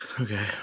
Okay